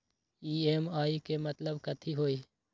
EMI के मतलब कथी होई?